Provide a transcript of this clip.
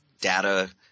data –